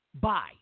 buy